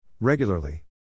Regularly